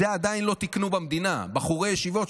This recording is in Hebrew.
את זה עדיין לא תיקנו במדינה: בחורי ישיבות,